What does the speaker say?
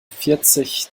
vierzig